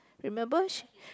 remember she